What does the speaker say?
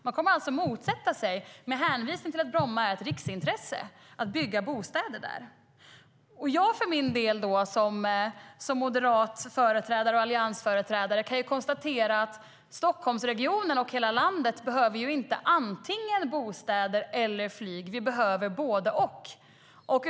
De kommer alltså, med hänvisning till att Bromma är ett riksintresse, att motsätta sig att det byggs bostäder där. Jag för min del, som moderat företrädare och alliansföreträdare, kan konstatera att Stockholmsregionen och hela landet inte behöver antingen bostäder eller flyg. Vi behöver både och.